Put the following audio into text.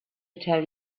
tell